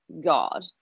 God